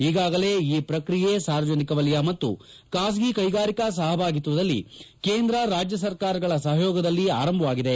ಈಗಾಗಲೇ ಈ ಪ್ರಕ್ರಿಯೆ ಸಾರ್ವಜನಿಕ ವಲಯ ಮತ್ತು ಬಾಸಗಿ ಕೈಗಾರಿಕಾ ಸಹಭಾಗಿತ್ವದಲ್ಲಿ ಕೇಂದ್ರ ರಾಜ್ಯ ಸರ್ಕಾರಗಳ ಸಹಯೋಗದಲ್ಲಿ ಆರಂಭವಾಗಿದೆ